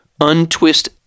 untwist